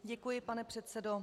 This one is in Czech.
Děkuji, pane předsedo.